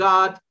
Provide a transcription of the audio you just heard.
God